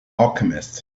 alchemist